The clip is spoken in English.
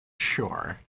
Sure